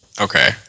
Okay